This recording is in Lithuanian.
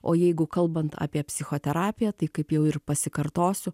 o jeigu kalbant apie psichoterapiją tai kaip jau ir pasikartosiu